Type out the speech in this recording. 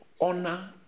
honor